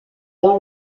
dans